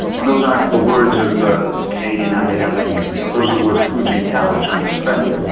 and those aren't the words of a canadian academic, you know those are the words of hu jintao the chinese premier,